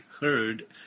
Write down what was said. heard